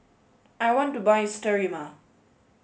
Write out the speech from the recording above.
I want to buy Sterimar